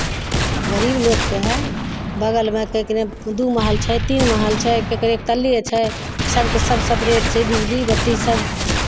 गरीब लोकके बगलमे केकरे दू महल छै तीन महल छै केकरे एक तल्ले छै सभके सभ सेपरेट छै बिजली बत्ती सभ